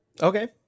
Okay